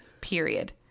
Period